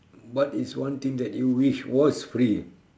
what is one thing that you wish was free